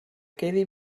quedi